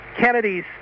Kennedy's